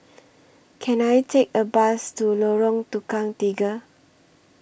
Can I Take A Bus to Lorong Tukang Tiga